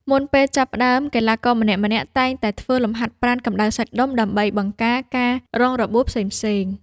មុនពេលចាប់ផ្ដើម កីឡាករម្នាក់ៗតែងតែធ្វើលំហាត់ប្រាណកម្ដៅសាច់ដុំ ដើម្បីបង្ការការរងរបួសផ្សេងៗ។